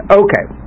okay